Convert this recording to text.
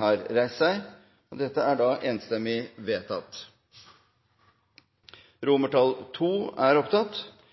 ha noen debatt om dette, men i innstillingen henvises det til den såkalte utbytteordningen, og da